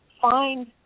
find